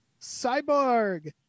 Cyborg